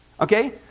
Okay